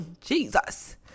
jesus